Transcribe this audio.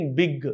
big